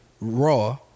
Raw